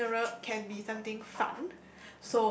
funeral can be something fun